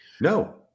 No